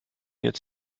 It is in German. jetzt